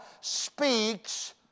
speaks